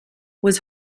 was